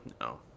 No